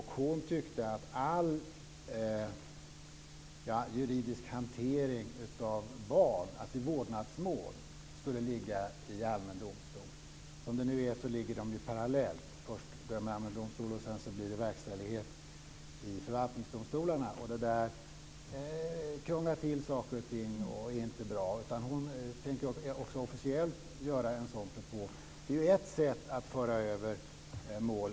Hon tyckte att all juridisk hantering när det gällde barn i vårdnadsmål skulle ligga i allmän domstol. Som det nu är hanteras det parallellt. Först dömer allmän domstol, och sedan blir det verkställighet i förvaltningsdomstolarna. Det krånglar till saker och ting och är inte bra. Hon tänker också officiellt göra en sådan propå. Det är ett sätt att föra över mål.